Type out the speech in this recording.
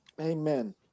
Amen